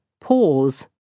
pause